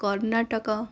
Karnataka